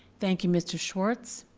thank you, mr. schwartz.